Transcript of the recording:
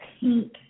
pink